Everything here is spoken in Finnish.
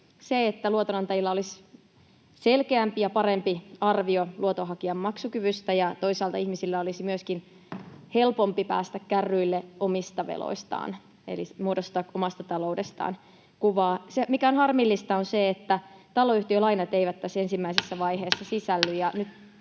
on, että luotonantajilla olisi selkeämpi ja parempi arvio luotonhakijan maksukyvystä ja toisaalta ihmisten olisi myöskin helpompi päästä kärryille omista veloistaan eli muodostaa kuvaa omasta taloudestaan. Mikä on harmillista, on se, että taloyhtiölainat eivät tässä ensimmäisessä vaiheessa sisälly